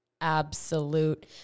absolute